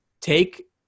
take